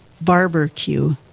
barbecue